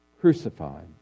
crucified